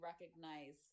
recognize